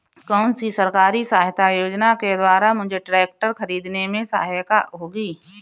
कौनसी सरकारी सहायता योजना के द्वारा मुझे ट्रैक्टर खरीदने में सहायक होगी?